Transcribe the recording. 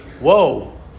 Whoa